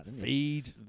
Feed